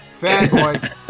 Fanboy